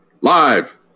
live